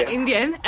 Indian